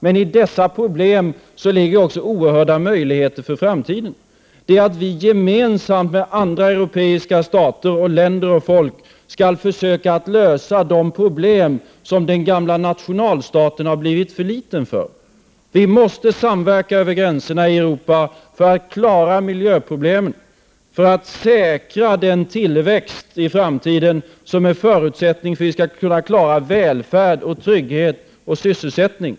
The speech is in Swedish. Men i dessa problem ligger också oerhörda möjligheter för framtiden, nämligen att vi gemensamt med andra europeiska stater, länder och folk, skall försöka att lösa de problem som den gamla nationalstaten har blivit för liten för. Vi måste samverka över gränserna i Europa för att bemästra miljöproblemen, för att säkra den tillväxt i framtiden som är förutsättningen för att vi skall kunna klara välfärd, trygghet och sysselsättning.